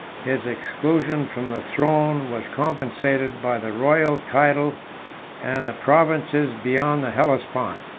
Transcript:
his exclusion from the throne was compensated by the royal title and the provinces beyond the hellespont.